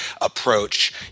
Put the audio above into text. approach